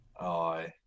Aye